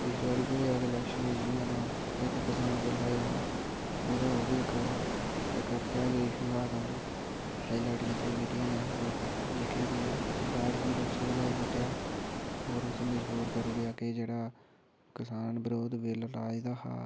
पिछले बारी केह् होएआ कि इलैक्शन बिच्च जियां तां इक किसान बिल आया तां ओह्दे ओह् बी इक आखेआ कि इशू हा तां ओह् हाईलाइट कीता मीडिया ने जेह्की बी सरकार ही तां उसी हलाई सुट्टेआ होर उसी मजबूर करी ओड़ेआ के जेह्ड़ा कसान बरोध बिल आए दा हा